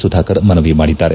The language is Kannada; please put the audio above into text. ಸುಧಾಕರ್ ಮನವಿ ಮಾಡಿದ್ದಾರೆ